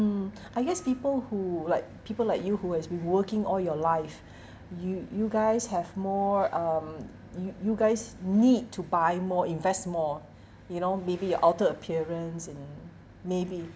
I guess people who like people like you who has been working all your life you you guys have more um you you guys need to buy more invest more you know maybe your outer appearance you know maybe